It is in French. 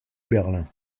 berlin